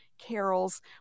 carols